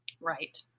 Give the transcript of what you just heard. Right